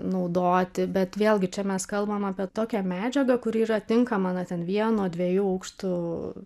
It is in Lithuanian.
naudoti bet vėlgi čia mes kalbam apie tokią medžiagą kuri yra tinkama na ten vieno dviejų aukštų